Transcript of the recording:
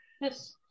yes